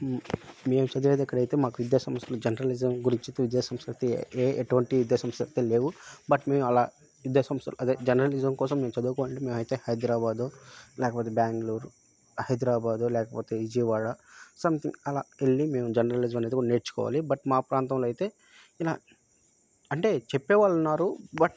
మేము చదివే అక్కడైతే మాకు విద్యాసంస్థలు జర్నలిజం గురించి విద్యాసంస్థలు అయితే ఏ ఎటువంటి విద్యాసంస్థలు అయితే లేవు బట్ మేము అలా విద్యాసంస్థలు అదే జర్నలిజం కోసం మేము చదువుకోవాలంటే మేము అయితే హైద్రాబాదు లేకపోతే బెంగళూరు హైదరాబాదో లేకపోతే విజయవాడ సంథింగ్ అలా వెళ్ళి మేము జర్నలిజం అనేది కూడా నేర్చుకోవాలి బట్ మా ప్రాంతంలో అయితే ఇలా అంటే చెప్పే వాళ్ళు ఉన్నారు బట్